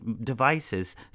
devices